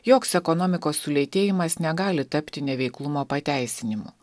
joks ekonomikos sulėtėjimas negali tapti neveiklumo pateisinimu